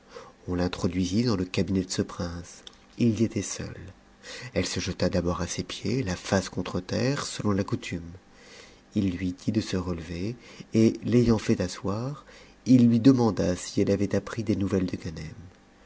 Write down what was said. on t'introduisit dans le cabinet de ce prince tt yét ait seul etfe se jeta d'abord à ses pieds ta fice contre terre selon la coutume il lui dit de se relever et t'ayant fait asseoir il lui demanda si elle avait appris des nouvelles de